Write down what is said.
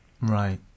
Right